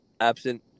absent